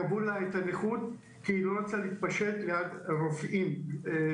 עוד לא קבעו לה את הנכות כי היא לא רצתה להתפשט ליד רופאים זכרים.